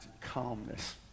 calmness